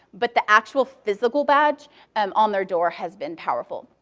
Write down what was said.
but the actual physical badge um on their door has been powerful.